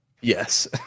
Yes